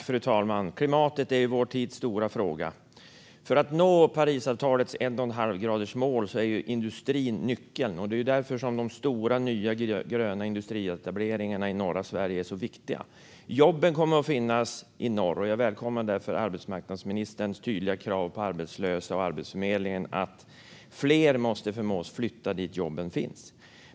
Fru talman! Klimatet är vår tids stora fråga. För att nå Parisavtalets 1,5gradersmål är industrin nyckeln, och det är därför som de stora nya gröna industrietableringarna i norra Sverige är så viktiga. Jobben kommer att finnas i norr, och jag välkomnar därför arbetsmarknadsministerns tydliga krav på arbetslösa och Arbetsförmedlingen att fler måste förmås flytta dit där jobben finns.